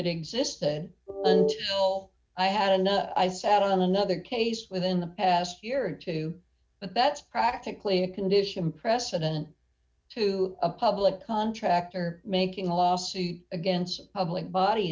it existed all i had and i sat on another case within the last year or two but that's practically a condition precedent to a public contractor making a lawsuit against a public body